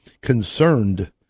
concerned